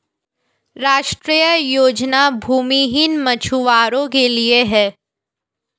राष्ट्रीय योजना भूमिहीन मछुवारो के लिए है